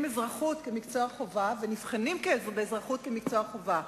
אזרחות כמקצוע חובה ונבחנים באזרחות כמקצוע חובה.